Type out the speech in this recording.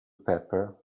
pepper